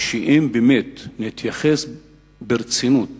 שאם באמת נתייחס ברצינות